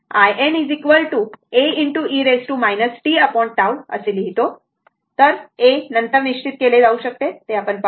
तर मी थेट in a e tT लिहितो तर A नंतर निश्चित केले जाऊ शकते ते पाहू